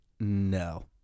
No